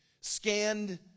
scanned